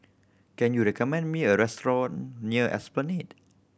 can you recommend me a restaurant near Esplanade